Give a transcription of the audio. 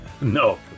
No